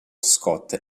scott